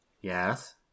Yes